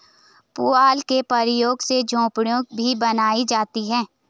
पुआल के प्रयोग से झोपड़ी भी बनाई जाती है